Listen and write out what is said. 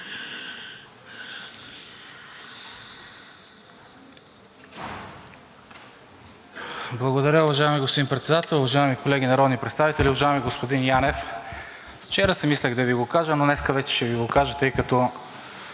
Благодаря. Уважаеми господин Председател, уважаеми колеги народни представители, уважаеми господин Янев! Вчера си мислех да Ви го кажа, но днес вече ще Ви го кажа, тъй като